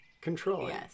controlling